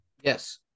Yes